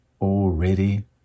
already